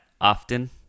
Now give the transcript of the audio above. often